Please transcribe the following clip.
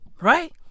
right